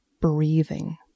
breathing